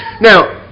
now